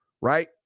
right